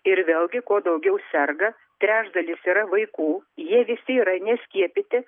ir vėlgi kuo daugiau serga trečdalis yra vaikų jie visi yra neskiepyti